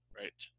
right